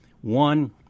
One